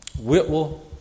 Whitwell